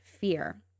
fear